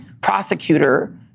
prosecutor